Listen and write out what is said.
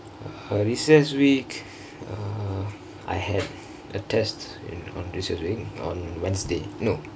uh recess week uh I had a test in on this week on wednesday no